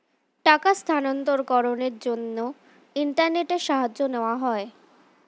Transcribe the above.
টাকার স্থানান্তরকরণের জন্য ইন্টারনেটের সাহায্য নেওয়া হয়